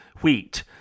wheat